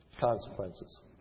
consequences